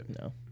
No